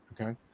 Okay